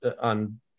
on